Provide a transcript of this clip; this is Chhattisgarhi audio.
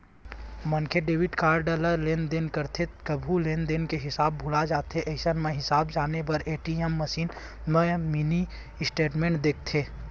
मनखे डेबिट कारड ले लेनदेन करथे कभू लेनदेन के हिसाब भूला जाथे अइसन म हिसाब जाने बर ए.टी.एम मसीन म मिनी स्टेटमेंट देखथे